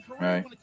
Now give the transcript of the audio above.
right